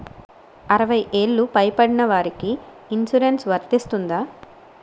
అరవై ఏళ్లు పై పడిన వారికి ఇన్సురెన్స్ వర్తిస్తుందా?